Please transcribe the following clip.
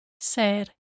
ser